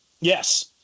Yes